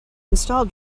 install